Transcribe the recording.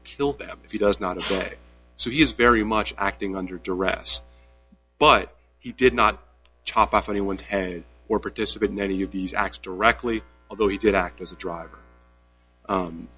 kill them if you does not say so he is very much acting under duress but he did not chop off anyone's hand or participate in any of these acts directly although he did act as a driver